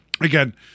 again